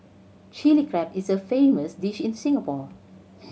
Chilli Crab is a famous dish in Singapore